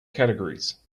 categories